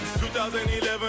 2011